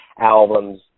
albums